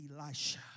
Elisha